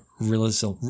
realism